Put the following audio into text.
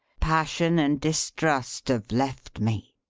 passion and distrust have left me!